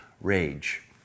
rage